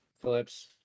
clips